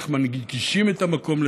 איך מנגישים את המקום.